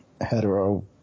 hetero